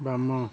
ବାମ